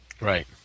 right